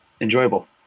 enjoyable